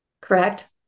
correct